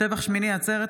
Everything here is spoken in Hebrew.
(טבח שמיני עצרת),